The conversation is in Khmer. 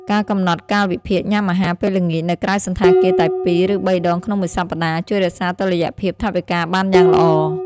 ការកំណត់កាលវិភាគញ៉ាំអាហារពេលល្ងាចនៅក្រៅសណ្ឋាគារតែពីរ ឬបីដងក្នុងមួយសប្តាហ៍ ជួយរក្សាតុល្យភាពថវិកាបានយ៉ាងល្អ។